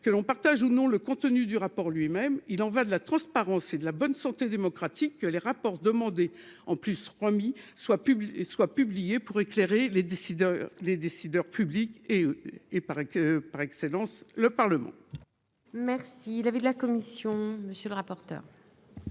que l'on partage ou non le contenu du rapport lui-même, il en va de la transparence et de la bonne santé démocratique que les rapports demandés en plus remis soit soit publié pour éclairer les décideurs, les décideurs publics et et paraît que par excellence, le Parlement. Merci l'avis de la commission, monsieur le rapporteur.